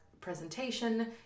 presentation